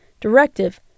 directive